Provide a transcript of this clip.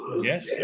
yes